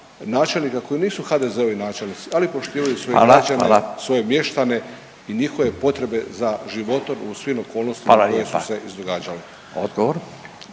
načelnika koji nisu HDZ-ovi načelnici, ali poštivaju svoje građane…/Upadica Radin: Hvala, hvala/…svoje mještane i njihove potrebe za životom u svim okolnostima koje su se izdogađale.